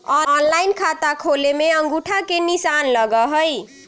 Online खाता खोले में अंगूठा के निशान लगहई?